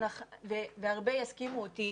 והרבה יסכימו איתי,